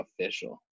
official